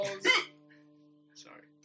sorry